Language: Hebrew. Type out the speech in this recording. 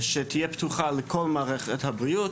שתהיה פתוחה לכל מערכת הבריאות,